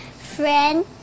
Friend